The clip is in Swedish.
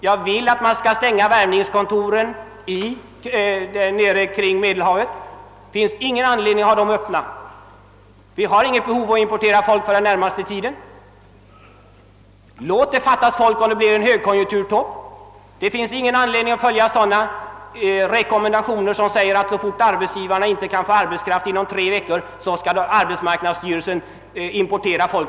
Jag vill att man skall stänga värvningskontoren nere vid Medelhavet. Det finns ingen anledning att hålla dem öppna och vi har inget behov av att importera folk den närmaste tiden. Låt det fattas folk, om det blir en högkonjunkturtopp. Det finns ingen anledning att följa sådana rekommendationer som innebär att arbetsmarknadsstyrelsen, om arbetsgivarna inte får arbetskraft inom tre veckor, skall importera folk utifrån för att täcka deras behov.